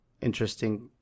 interesting